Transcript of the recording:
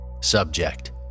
Subject